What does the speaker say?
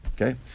Okay